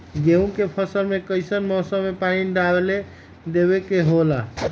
गेहूं के फसल में कइसन मौसम में पानी डालें देबे के होला?